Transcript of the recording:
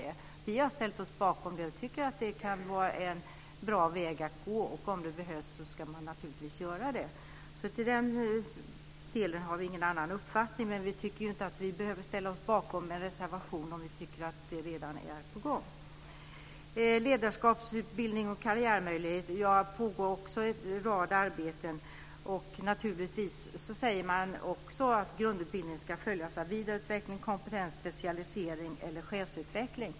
Vi har ställt oss bakom det. Vi tycker att det kan vara en bra väg att gå, och om det behövs ska man naturligtvis göra det. I den delen har vi ingen annan uppfattning, men vi tycker inte att vi behöver ställa oss bakom en reservation om något redan är på gång. Beträffande ledarskapsutbildning och karriärmöjligheter pågår det en rad arbeten. Naturligtvis ska grundutbildningen följas av vidareutveckling och kompetensspecialisering eller chefsutveckling.